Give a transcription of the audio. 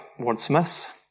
wordsmiths